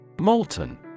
Molten